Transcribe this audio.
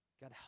God